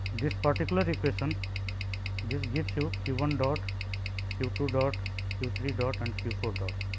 this particular equation this gives you q one dot q two dot q three dot and q four dot